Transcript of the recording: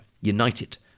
united